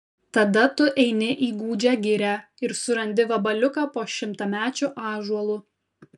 tada tu eini į gūdžią girią ir surandi vabaliuką po šimtamečiu ąžuolu